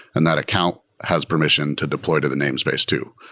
and that account has permission to deploy to the namespace too.